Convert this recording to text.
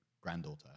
granddaughter